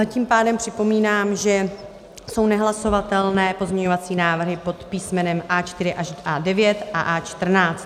Tím pádem připomínám, že jsou nehlasovatelné pozměňovací návrhy pod písmenem A4 až A9 a A14.